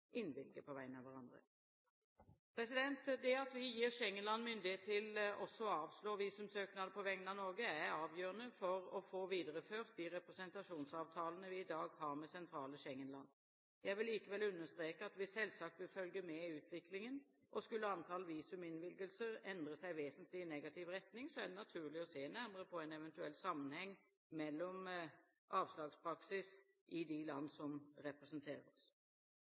på vegne av hverandre. Det at vi gir Schengen-land myndighet til også å avslå visumsøknader på vegne av Norge, er avgjørende for å få videreført de representasjonsavtalene vi i dag har med sentrale Schengen-land. Jeg vil likevel understreke at vi selvsagt vil følge med i utviklingen, og skulle antall visuminnvilgelser endre seg vesentlig i negativ retning, er det naturlig å se nærmere på en eventuell sammenheng med avslagspraksis i de land som representerer oss.